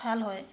ভাল হয়